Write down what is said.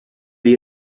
gli